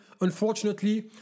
unfortunately